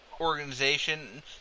organization